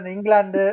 England